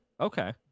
okay